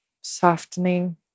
softening